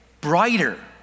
brighter